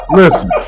listen